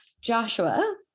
Joshua